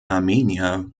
armenier